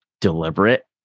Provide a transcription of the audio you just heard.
deliberate